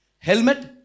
Helmet